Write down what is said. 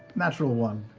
natural one.